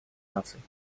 наций